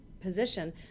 position